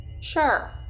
Sure